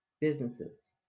businesses